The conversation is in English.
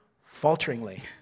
falteringly